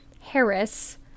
Harris